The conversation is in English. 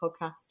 podcast